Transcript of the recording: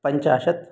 पञ्चाशत्